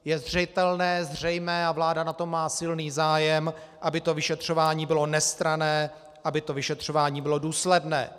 Je zřetelné, zřejmé a vláda na tom má silný zájem, aby to vyšetřování bylo nestranné, aby to vyšetřování bylo důsledné.